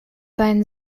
seinen